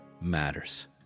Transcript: matters